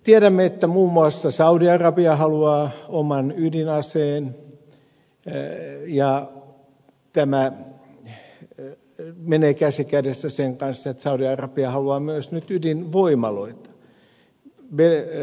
tiedämme että muun muassa saudi arabia haluaa oman ydinaseen ja tämä menee käsi kädessä sen kanssa että saudi arabia haluaa myös nyt ydinvoimaloita